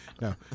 no